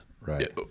Right